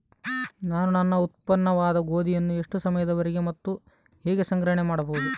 ನಾನು ನನ್ನ ಉತ್ಪನ್ನವಾದ ಗೋಧಿಯನ್ನು ಎಷ್ಟು ಸಮಯದವರೆಗೆ ಮತ್ತು ಹೇಗೆ ಸಂಗ್ರಹಣೆ ಮಾಡಬಹುದು?